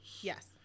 Yes